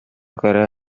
көрө